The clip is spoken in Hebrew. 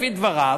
לפי דבריו,